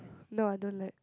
no I don't like